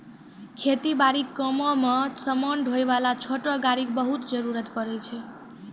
खेती बारी के कामों मॅ समान ढोय वाला छोटो गाड़ी के बहुत जरूरत पड़ै छै